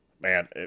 man